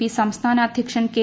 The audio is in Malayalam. പി സംസ്ഥാന അധ്യക്ഷൻ കെ